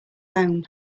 home